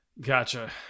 Gotcha